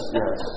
yes